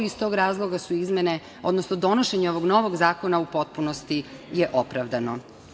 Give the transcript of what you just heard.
Iz tog razloga su izmene, odnosno donošenje ovog novog zakona u potpunosti je opravdano.